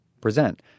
present